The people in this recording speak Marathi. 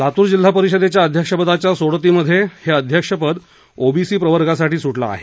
लातूर जिल्हा परिषदेच्या अध्यक्षपदाच्या सोडती मध्ये हे अध्यक्ष पद ओबीसी प्रवर्गासाठी सुटलं आहे